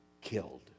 killed